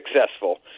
successful